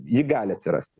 ji gali atsirasti